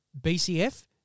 BCF